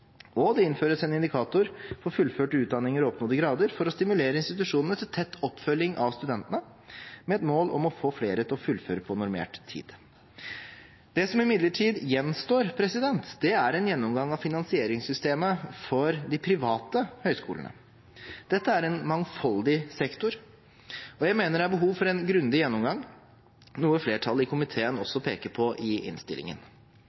Det innføres også en indikator for fullførte utdanninger og oppnådde grader for å stimulere institusjonene til tett oppfølging av studentene, med et mål om å få flere til å fullføre på normert tid. Det som imidlertid gjenstår, er en gjennomgang av finansieringssystemet for de private høyskolene. Dette er en mangfoldig sektor, og jeg mener det er behov for en grundig gjennomgang, noe flertallet i komiteen også peker på i innstillingen.